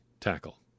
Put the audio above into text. tackle